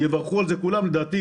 כולם יברכו על זה, כולל השב"כ.